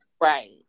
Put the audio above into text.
right